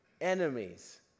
enemies